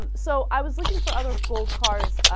um so i was looking for other old cars ah.